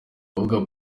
kuvuga